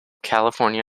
california